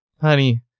honey